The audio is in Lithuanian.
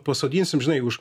pasodinsim žinai už